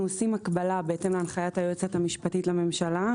עושים הקבלה בהתאם להנחיית היועצת המשפטית לממשלה.